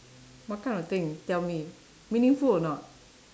what kind of thing tell me meaningful or not